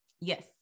Yes